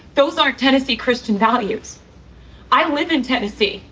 those aren't tennessee christian values i live in tennessee.